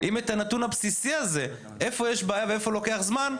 אם אין את הנתון הבסיסי הזה איפה יש בעיה ואיפה לוקח זמן.